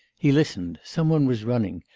he listened some one was running,